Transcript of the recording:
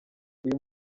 uyu